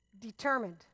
Determined